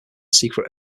secret